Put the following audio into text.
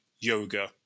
yoga